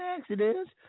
accidents